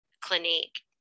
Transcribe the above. Clinique